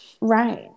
Right